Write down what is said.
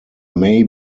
may